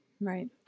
right